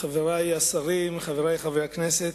חברי השרים, חברי חברי הכנסת,